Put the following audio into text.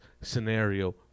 scenario